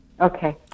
Okay